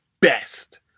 best